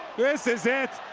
this is it.